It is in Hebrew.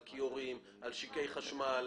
על כיורים, על שקעי חשמל.